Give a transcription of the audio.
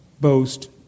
boast